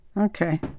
okay